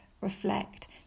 reflect